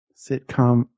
sitcom